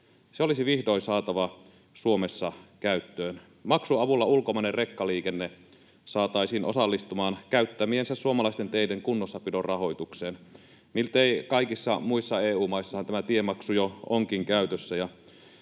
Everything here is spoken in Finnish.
Se olisi vihdoin saatava Suomessa käyttöön. Maksun avulla ulkomainen rekkaliikenne saataisiin osallistumaan käyttämiensä suomalaisten teiden kunnossapidon rahoitukseen. Miltei kaikissa muissahan EU-maissa tämä tiemaksu jo onkin käytössä,